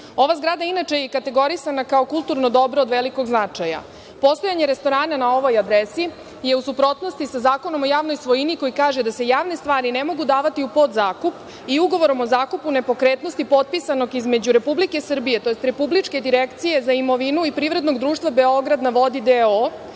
Ova zgrada inače je kategorisana kao kulturno dobro od velikog značaja. Postojanje restorana na ovoj adresi je u suprotnosti sa Zakonom o javnoj svojini koji kaže da se javne stvari ne mogu da davati u podzakup i ugovorom o zakupu nepokretnosti potpisanog između Republike Srbije tj. Republičke direkcije za imovinu i privrednog društva „Beograd na vodi“